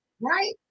right